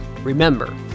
Remember